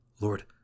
Lord